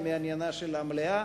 הם מעניינה של המליאה.